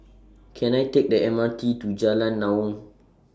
Can I Take The M R T to Jalan Naung